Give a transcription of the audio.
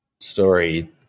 story